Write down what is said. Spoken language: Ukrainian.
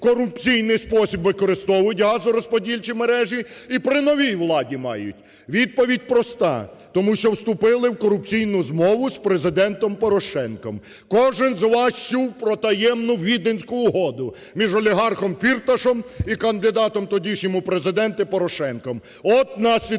корупційній спосіб використовують газорозподільчі мережі і при новій владі мають? Відповідь проста: тому що вступили в корупційну змову з Президентом Порошенком. Кожен з вас чув про таємну Віденську угоду між олігархом Фірташом і кандидатом тодішнім у Президенти Порошенком. От